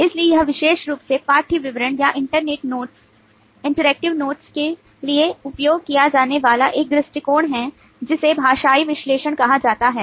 इसलिए यह विशेष रूप से पाठ्य विवरण या इंटरेक्टिव नोट्स के लिए उपयोग किया जाने वाला एक दृष्टिकोण है जिसे भाषाई विश्लेषण कहा जाता है